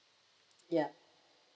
ya